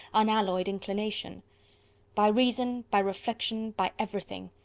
unalloyed inclination by reason, by reflection, by everything.